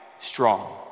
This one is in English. strong